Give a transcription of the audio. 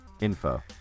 info